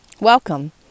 welcome